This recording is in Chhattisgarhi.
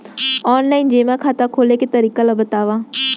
ऑनलाइन जेमा खाता खोले के तरीका ल बतावव?